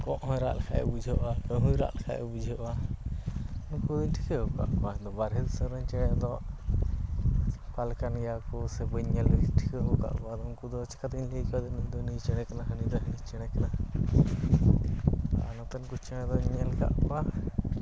ᱠᱚᱸᱜ ᱦᱚᱸᱭ ᱨᱟᱜ ᱞᱮᱠᱷᱟᱱ ᱵᱩᱡᱷᱟᱹᱜᱼᱟ ᱠᱟᱺᱦᱩᱭ ᱨᱟᱜ ᱞᱮᱠᱷᱟᱱ ᱵᱩᱡᱷᱟᱹᱜᱟ ᱩᱱᱠᱚ ᱫᱚᱧ ᱴᱷᱤᱠᱟᱹᱣ ᱟᱠᱟᱫ ᱠᱚᱣᱟ ᱵᱟᱨᱦᱮ ᱫᱤᱥᱟᱹᱢᱨᱮᱱ ᱪᱮᱬᱮᱫᱚ ᱚᱠᱟ ᱞᱮᱠᱟᱱ ᱜᱮᱭᱟᱠᱚ ᱥᱮ ᱵᱟᱹᱧ ᱧᱮᱞ ᱴᱷᱤᱠᱟᱹᱣ ᱟᱠᱟᱫ ᱠᱚᱣᱟ ᱟᱫᱚ ᱩᱱᱠᱚ ᱫᱚ ᱪᱮᱠᱟᱛᱮᱧ ᱞᱟᱹᱭ ᱠᱮᱭᱟ ᱱᱩᱭᱫᱚ ᱱᱩᱭ ᱪᱮᱬᱮ ᱠᱟᱱᱟᱭ ᱦᱟᱹᱱᱤᱫᱚᱭ ᱦᱟᱹᱱᱤ ᱪᱮᱬᱮ ᱠᱟᱱᱟᱭ ᱟᱨ ᱱᱚᱛᱮᱱᱠᱚ ᱪᱮᱬᱮ ᱫᱚᱧ ᱧᱮᱞ ᱟᱠᱟᱫ ᱠᱚᱣᱟ